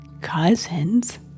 cousins